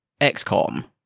XCOM